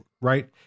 Right